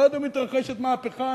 בהודו מתרחשת מהפכה,